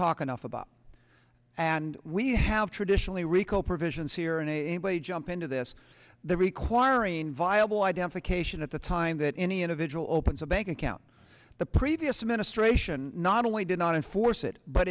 talk enough about and we have traditionally rico provisions here and anybody jump into this they're requiring viable identification at the time that any individual opens a bank account the previous administration not only did not enforce it but